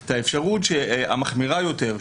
את האפשרות המחמירה יותר,